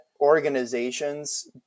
organizations